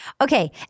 Okay